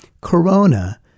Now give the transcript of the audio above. Corona